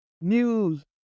news